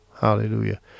hallelujah